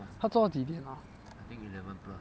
她做到几点 ah